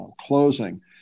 closing